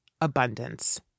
Abundance